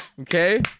Okay